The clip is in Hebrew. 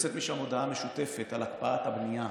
ויוצאת משם הודעה משותפת על הקפאת הבנייה,